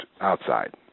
outside